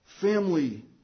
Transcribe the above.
family